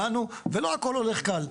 באנו ולא הכול הולך קל,